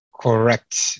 correct